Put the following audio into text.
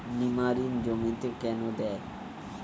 নিমারিন জমিতে কেন দেয়?